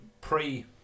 Pre